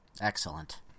excellent